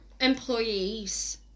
employees